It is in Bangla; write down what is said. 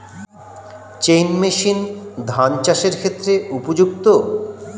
চেইন মেশিন ধান চাষের ক্ষেত্রে উপযুক্ত?